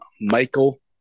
Michael